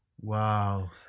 Wow